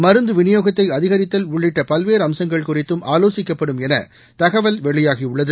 மருந்து விநியோகத்தை அதிகரித்தல் உள்ளிட்ட பல்வேறு அம்சங்கள் குறித்தும் ஆலோசிக்கப்படும் என தகவல் வெளியாகியுள்ளது